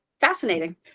Fascinating